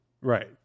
right